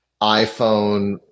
iPhone